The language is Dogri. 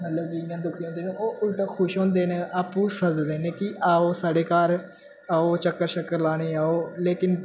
मतलब कि इ'यां दुखी होंदे न ओह् उलटा खुश होंदे न आपूं सददे न कि आओ साढ़ै घर आओ चक्कर शक़्कर लाने गी आओ लेकिन